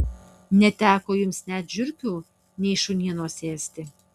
neteko jums nei žiurkių nei šunienos ėsti